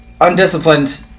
undisciplined